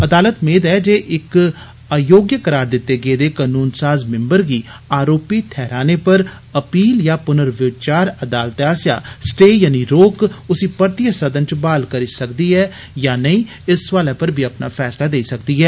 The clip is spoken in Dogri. अदालत मेद ऐ जे इक अयोग्य करार दित्ते गेदे कनून साज़ मिंबर गी अरोपी ठैह्राने पर अपीलजां पुर्नविचार अदालतै आस्सेआ स्टे यानि रोक उसी परतियै सदन च ब्हाल करी सकदी ऐ जां के नेई इस सवालै पर बी अपना फैसला देई सकदी ऐ